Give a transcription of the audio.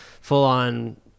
full-on